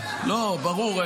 לא, ברור.